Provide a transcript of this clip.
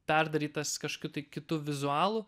perdarytas kažkokių tai kitų vizualų